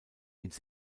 ins